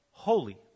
holy